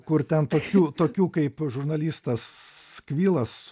kur ten tokių tokių kaip žurnalistas kvilas